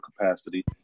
capacity